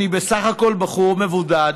אני בסך הכול בחור מבודד,